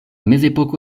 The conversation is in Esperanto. mezepoko